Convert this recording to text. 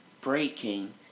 breaking